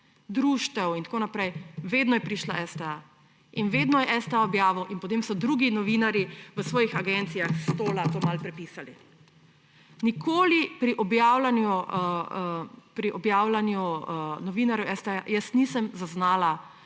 društev in tako naprej, je STA vedno prišel. In vedno je STA objavil in potem so drugi novinarji v svojih agencijah s stola to malo prepisali. Nikoli pri objavljanju novinarjev STA jaz nisem zaznala,